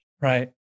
Right